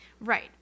Right